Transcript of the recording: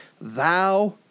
thou